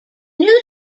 new